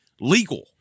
legal